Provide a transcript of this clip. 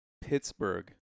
Pittsburgh